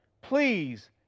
Please